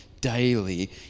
Daily